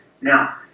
Now